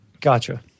Gotcha